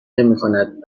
نمیکند